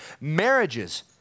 Marriages